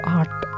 art